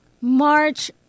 March